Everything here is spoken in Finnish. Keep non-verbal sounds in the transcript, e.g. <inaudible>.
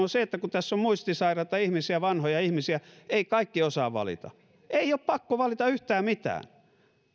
<unintelligible> on se että kun tässä on muistisairaita ihmisiä vanhoja ihmisiä eivät kaikki osaa valita ei ole pakko valita yhtään mitään